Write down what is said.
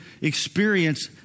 experience